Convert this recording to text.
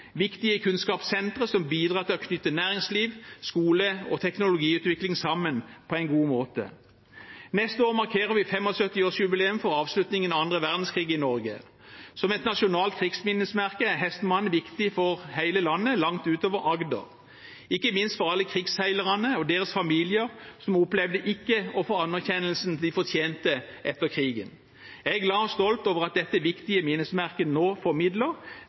viktige kunnskapssentre som bidrar til å knytte næringsliv, skole og teknologiutvikling sammen på en god måte. Neste år markerer vi 75-årsjubileum for avslutningen av annen verdenskrig i Norge. Som et nasjonalt krigsminnesmerke er «Hestmanden» viktig for hele landet, langt utover Agder – ikke minst for alle krigsseilerne og deres familier, som ikke opplevde å få den anerkjennelsen de fortjente etter krigen. Jeg er glad for og stolt over at dette viktige minnesmerket nå